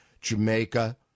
Jamaica